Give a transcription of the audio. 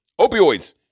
opioids